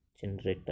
generator